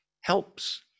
helps